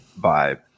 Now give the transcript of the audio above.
vibe